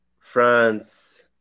France